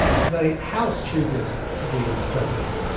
the house chooses the president.